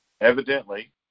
Evidently